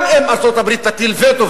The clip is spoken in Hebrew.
גם אם ארצות-הברית תטיל וטו.